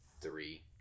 three